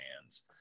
hands